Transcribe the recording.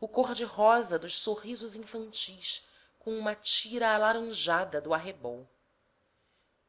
o cor-de-rosa dos sorrisos infantis com uma tira alaranjada do arrebol